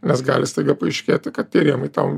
nes gali staiga paaiškėti kad tie rėmai tau